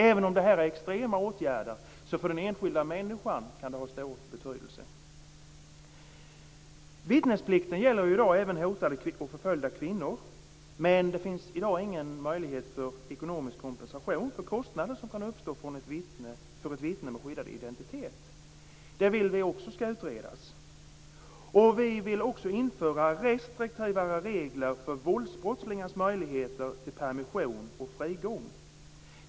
Även om det är extrema åtgärder kan det ha stor betydelse för den enskilda människan. Vittnesplikten gäller i dag även hotade och förföljda kvinnor. Men det finns i dag ingen möjlighet för ekonomisk kompensation för kostnader som kan uppstå för ett vittne med skyddad identitet. Det vill vi också skall utredas. Vi vill också införa restriktivare regler för våldsbrottslingars möjligheter till permission och frigång.